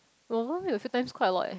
a few times quite a lot eh